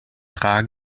rar